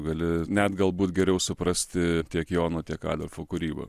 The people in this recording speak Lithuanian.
gali net galbūt geriau suprasti tiek jono tiek adolfo kūrybą